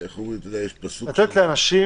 ואותו נער פוטר בהסכמה מעבודתו.